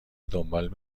دنبال